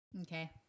Okay